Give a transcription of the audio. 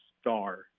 star